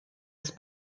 ist